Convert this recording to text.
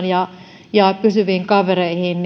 ja ja pysyviin kavereihin